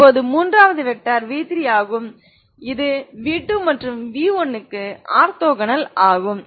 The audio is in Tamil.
இப்போது மூன்றாவது வெக்டர் v3 ஆகும் இது v2 மற்றும் v1 க்கு ஆர்த்தோகனல் ஆகும்